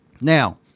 Now